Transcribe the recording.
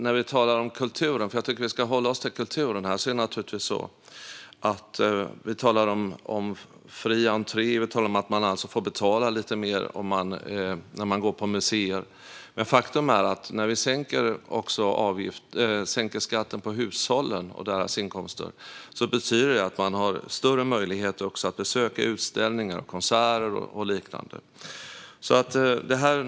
När vi talar om kulturen - för jag tycker att vi ska hålla oss till kulturen här - talar vi naturligtvis om fri entré och att man nu alltså får betala lite mer när man går på museer. Men faktum är att när vi sänker skatten på hushållens inkomster betyder det att man också har större möjlighet att besöka utställningar, konserter och liknande.